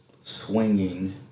swinging